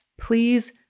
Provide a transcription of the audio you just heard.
please